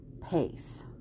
pace